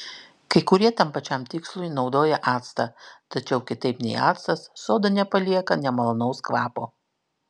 kai kurie tam pačiam tikslui naudoja actą tačiau kitaip nei actas soda nepalieka nemalonaus kvapo